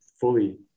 fully